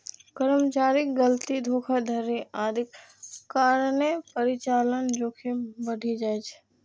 कर्मचारीक गलती, धोखाधड़ी आदिक कारणें परिचालन जोखिम बढ़ि जाइ छै